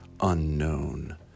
unknown